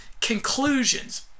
conclusions